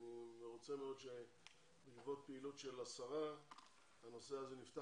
אני מרוצה מאוד שבעקבות פעילות השרה הנושא הזה נפתח